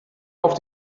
auf